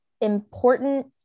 important